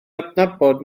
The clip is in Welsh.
adnabod